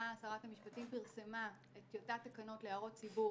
שרת המשפטים פרסמה את טיוטת התקנות להערות ציבור